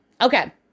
okay